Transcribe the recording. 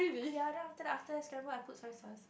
ya then after that after scramble I put soy sauce